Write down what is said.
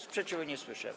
Sprzeciwu nie słyszę.